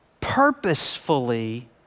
purposefully